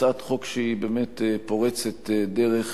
הצעת חוק שהיא באמת פורצת דרך,